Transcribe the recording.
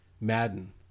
Madden